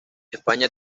españa